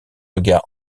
regard